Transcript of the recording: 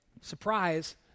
surprise